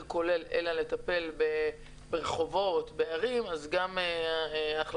כולל אלא לטפל ברחובות בערים גם ההחלטה,